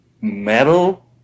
metal